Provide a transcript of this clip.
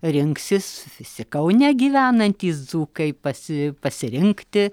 rinksis visi kaune gyvenantys dzūkai pasi pasirinkti